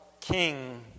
King